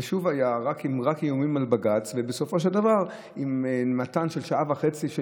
שוב רק בעזרת איומים בבג"ץ בסופו של דבר מתן של שעה וחצי של